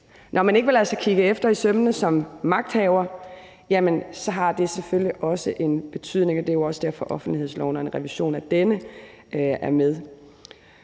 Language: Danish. Når man ikke vil lade sig kigge efter i sømmene som magthaver, har det selvfølgelig også en betydning, og det er også derfor, at offentlighedsloven og en revision af denne er med.